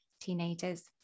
teenagers